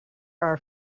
are